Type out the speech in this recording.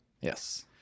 Yes